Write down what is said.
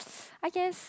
I guess